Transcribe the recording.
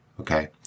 Okay